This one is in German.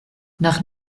nach